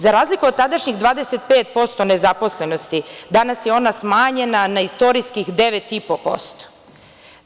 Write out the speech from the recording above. Za razliku od tadašnjih 25% nezaposlenosti, danas je ona smanjena na istorijskih 9,5%